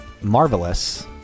marvelous